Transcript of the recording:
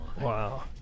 Wow